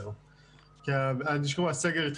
יכול להיות שמה שחוסם את האדים מלדווח זה רק בירוקרטיה או שהם לא